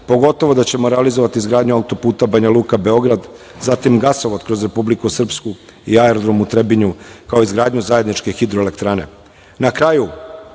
pogotovo da ćemo realizovati izgradnju auto-puta Banjaluka-Beograd, zatim gasovod kroz Republiku Srpsku i aerodrom u Trebinju, kao i izgradnju zajedničke hidroelektrane. Na kraju,